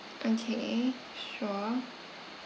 okay sure